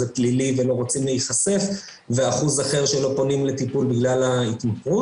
פלילי והם לא רוצים להיחשף ואחוז אחר שלא פונים לטיפול בגלל ההתמכרות.